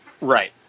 Right